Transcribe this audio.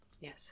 Yes